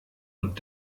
und